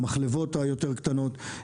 המחלבות היותר קטנות,